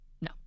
No